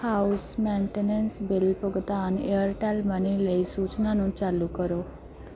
house maintenance bill ਭੁਗਤਾਨ Airtel money ਲਈ ਸੂਚਨਾ ਨੂੰ ਚਾਲੂ ਕਰੋ